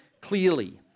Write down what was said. clearly